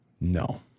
No